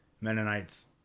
Mennonites